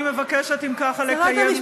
אני מבקשת אם כך לקיים, שרת המשפטים.